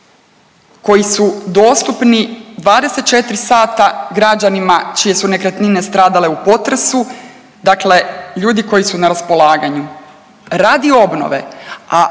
koji su dostupni 24 sata građanima čije su nekretnine stradale u potresu. Dakle, ljudi koji su na raspolaganju radi obnove,